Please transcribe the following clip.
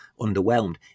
underwhelmed